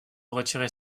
retirer